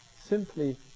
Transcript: simply